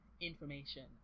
information